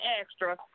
extra